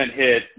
hit